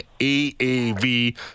AAV